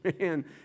man